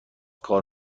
کار